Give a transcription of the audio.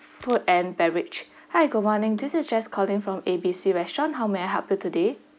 food and beverage hi good morning this is just calling from A B C restaurant how may I help you today